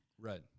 Right